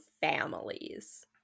families